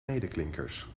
medeklinkers